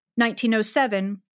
1907